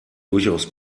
durchaus